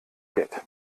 geld